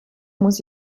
muss